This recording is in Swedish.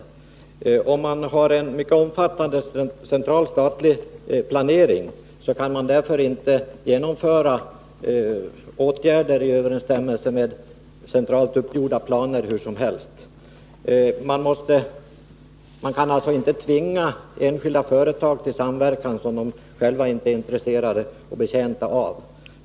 Även om man har en mycket omfattande, central statlig planering, så kan man därför inte hur som helst vidta åtgärder i överensstämmelse med centralt uppgjorda planer. Det går alltså inte att tvinga enskilda företag till samverkan som de själva inte är intresserade eller betjänta av.